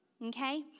Okay